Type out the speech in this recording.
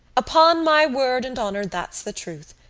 upon my word and honour that's the truth.